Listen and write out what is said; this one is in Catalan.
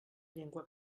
llengua